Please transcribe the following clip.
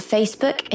Facebook